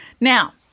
Now-